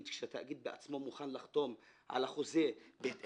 כשהתאגיד בעצמו מוכן לחתום על החוזה בהתאם לתוכניות.